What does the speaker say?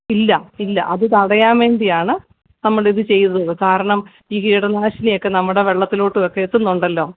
ഇല്ല ഇല്ല അത് തടയാൻ വേണ്ടിയാണ് നമ്മളിത് ചെയ്തത് കാരണം ഈ കീടനാശിനിയൊക്കെ നമ്മുടെ വെള്ളത്തിലേക്കുമൊക്കെ എത്തുന്നുണ്ടല്ലോ